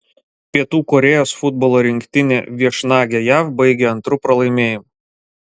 pietų korėjos futbolo rinktinė viešnagę jav baigė antru pralaimėjimu